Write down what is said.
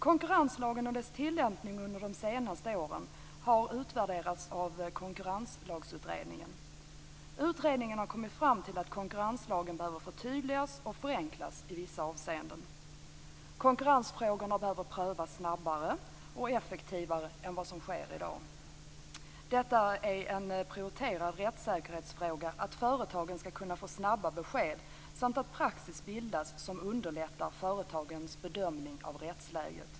Konkurrenslagen och dess tillämpning under de senaste åren har utvärderats av Konkurrenslagsutredningen. Utredningen har kommit fram till att konkurrenslagen behöver förtydligas och förenklas i vissa avseenden. Konkurrensfrågorna behöver prövas snabbare och effektivare än vad som sker i dag. Det är en prioriterad rättssäkerhetsfråga att företagen skall kunna få snabba besked samt att praxis bildas som underlättar företagens bedömning av rättsläget.